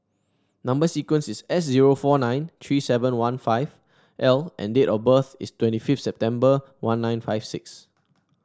number sequence is S zero four nine three seven one five L and date of birth is twenty fifth September one nine five six